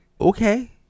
Okay